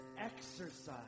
exercise